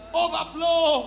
overflow